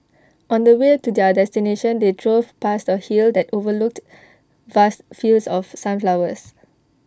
on the way to their destination they drove past A hill that overlooked vast fields of sunflowers